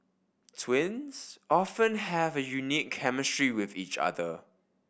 twins often have a unique chemistry with each other